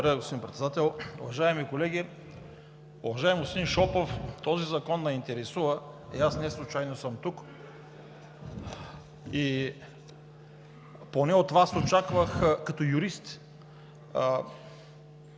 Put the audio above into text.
Благодаря, господин Председател. Уважаеми колеги! Уважаеми господин Шопов, този закон ни интересува и аз неслучайно съм тук. Поне от Вас като юрист